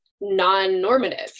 non-normative